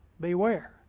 Beware